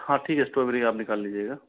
हाँ ठीक है स्ट्रॉबेरी आप निकाल लीजिएगा